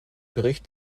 bericht